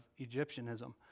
Egyptianism